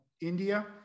India